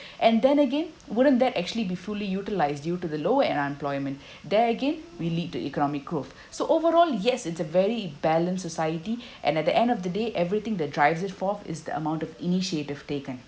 and then again wouldn't that actually be fully utilised due to the low and unemployment there again will lead to economic growth so overall yes it's a very balanced society and at the end of the day everything the drives it forth is the amount of initiative taken